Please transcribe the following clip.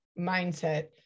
mindset